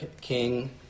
King